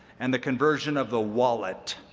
and the conversion of the wallet.